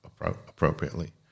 appropriately